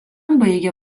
baigė